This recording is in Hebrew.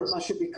כל מה שביקשנו,